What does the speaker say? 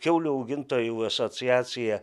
kiaulių augintojų asociacija